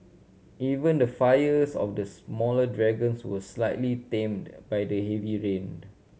even the fires of the smaller dragons were slightly tamed by the heavy rain